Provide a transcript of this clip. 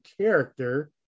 character